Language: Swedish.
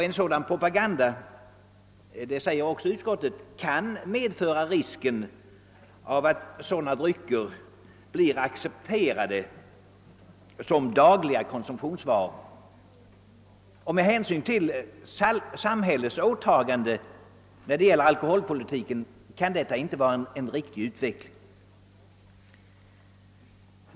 En sådan propaganda kan, framhåller också utskottet, medföra risk för att dessa drycker blir accepterade som dagliga konsumtionsvaror. Med hänsyn till samhällets åtaganden när det gäller alkoholpolitiken kan detta inte vara en riktig utveckling.